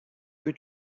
que